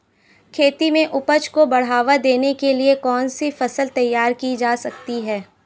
खेती में उपज को बढ़ावा देने के लिए कौन सी फसल तैयार की जा सकती है?